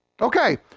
Okay